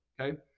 Okay